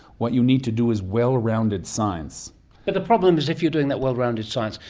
what you need to do is well-rounded science. but the problem is, if you are doing that well-rounded science,